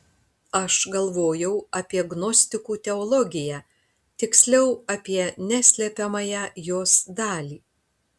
aš galvojau apie gnostikų teologiją tiksliau apie neslepiamąją jos dalį